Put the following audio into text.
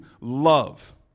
love